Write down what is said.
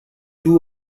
two